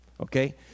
Okay